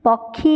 ପକ୍ଷୀ